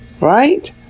Right